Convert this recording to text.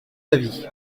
d’avis